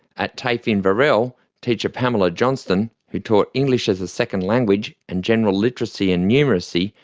at tafe inverell, teacher pamela johnston, who taught english as a second language and general literacy and numeracy,